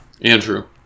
Andrew